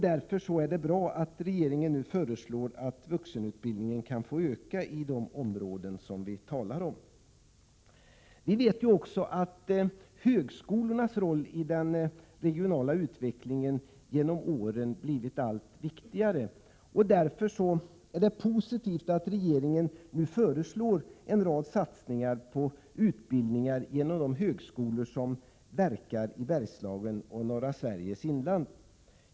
Därför är det bra att regeringen nu föreslår att vuxenutbildningen kan byggas ut i de områden som vi talar om. Vi vet också att högskolornas roll i den regionala utvecklingen genom åren har blivit allt viktigare. Därför är det positivt att regeringen nu föreslår en rad satsningar på utbildningar genom de högskolor som verkar i Bergslagen och i norra Sveriges inland.